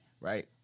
right